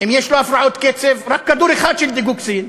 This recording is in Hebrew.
אם יש לו הפרעות קצב, רק כדור אחד של "דיגוקסין"?